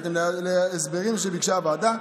בהתאם להסברים שביקשה הוועדה,